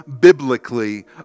biblically